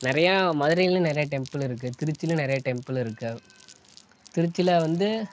நிறையா மதுரையிலியும் நிறையா டெம்புள் இருக்குது திருச்சியிலியும் நிறையா டெம்புள் இருக்குது திருச்சியில வந்து